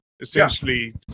essentially